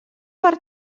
per